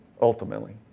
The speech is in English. Ultimately